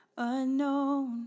Unknown